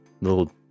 little